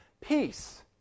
peace